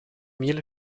mille